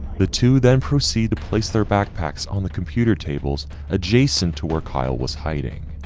the two then proceed to place their backpacks on the computer tables adjacent to where kyle was hiding.